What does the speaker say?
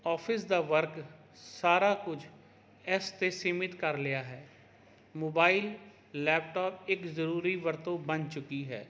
office ਦਾ work ਸਾਰਾ ਕੁਝ ਇਸ 'ਤੇ ਸੀਮਿਤ ਕਰ ਲਿਆ ਹੈ ਮੋਬਾਇਲ ਲੈਪਟਾਪ ਇੱਕ ਜ਼ਰੂਰੀ ਵਰਤੋਂ ਬਣ ਚੁੱਕੀ ਹੈ